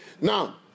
Now